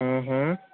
હા હા